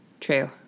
True